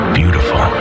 beautiful